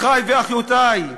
אחי ואחיותי,